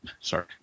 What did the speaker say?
Sorry